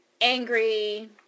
angry